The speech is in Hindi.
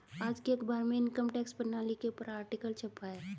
आज के अखबार में इनकम टैक्स प्रणाली के ऊपर आर्टिकल छपा है